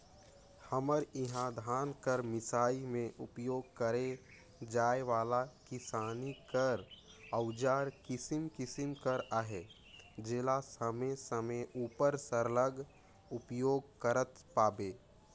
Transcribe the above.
हमर इहा धान कर मिसई मे उपियोग करे जाए वाला किसानी कर अउजार किसिम किसिम कर अहे जेला समे समे उपर सरलग उपियोग करत पाबे